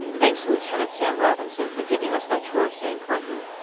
thanks to lieutenant sam robinson for giving us that tour of san quentin.